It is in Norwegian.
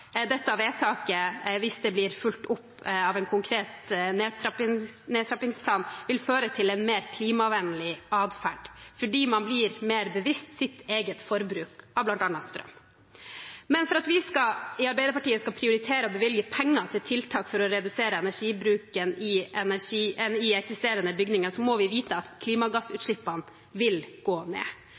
dette vedtaket, hvis det blir fulgt opp av en konkret nedtrappingsplan, vil føre til en mer klimavennlig adferd fordi man blir mer bevisst sitt eget forbruk av bl.a. strøm. Men for at vi i Arbeiderpartiet skal prioritere å bevilge penger til tiltak for å redusere energibruken i eksisterende bygninger, må vi vite at klimagassutslippene vil gå ned.